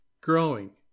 growing